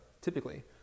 typically